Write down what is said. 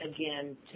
again